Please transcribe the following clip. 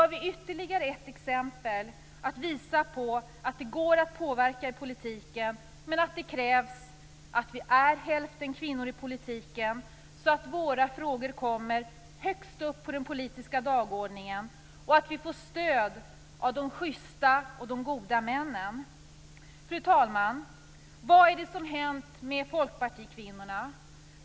Här är ytterligare ett exempel som visar att det går att påverka i politiken, men det krävs att vi är hälften kvinnor så att våra frågor kommer högst upp på den politiska dagordningen och att vi får stöd av de schysta, goda männen. Fru talman! Vad är det som har hänt med de folkpartistiska kvinnorna?